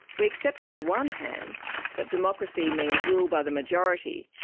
we accept on the one hand that democracy means rule by the majority,